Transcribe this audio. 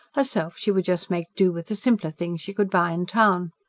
herself she would just make do with the simpler things she could buy in town.